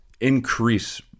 increase